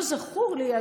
לא זכור לי,